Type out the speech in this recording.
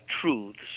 truths